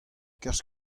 kerzh